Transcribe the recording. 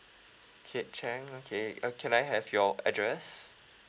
keat cheng okay uh can I have your address